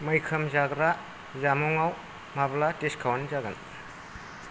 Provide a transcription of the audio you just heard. मैखोम जाग्रा जामुंआव माब्ला डिसकाउन्ट जागोन